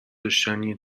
داشتنیه